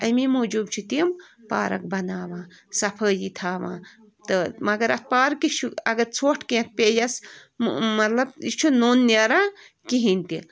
تہٕ اَمی موٗجوٗب چھِ تِم پارک بَناوان صفٲیی تھاوان تہٕ مگر اَتھ پارکہِ چھُ اگر ژھۄٹھ کیٚنٛہہ پیٚیس مطلب یہِ چھُنہٕ نوٚن نیران کِہیٖنۍ تہِ